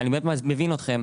ואני באמת מבין אתכם,